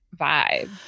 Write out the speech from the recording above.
vibe